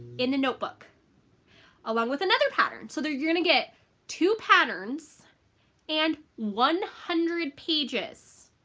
in a notebook along with another pattern so there you're gonna get two patterns and one hundred pages.